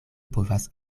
povas